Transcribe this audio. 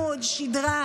לשקר?